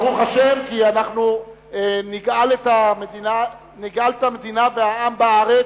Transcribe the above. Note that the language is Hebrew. ברוך השם, כי אנחנו נגאל את המדינה והעם בארץ,